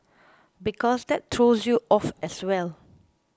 because that throws you off as well